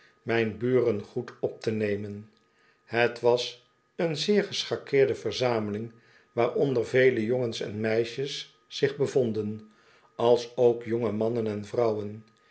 mijn buren goed op te nemen het was eene zeer geschakeerde verzameling waaronder vel e jongens en meisjes zich bevonden alsook jonge mannen en vrouwen